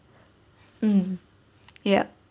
mm yup